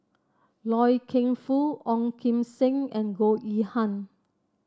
Loy Keng Foo Ong Kim Seng and Goh Yihan